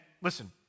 listen